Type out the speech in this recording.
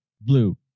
blue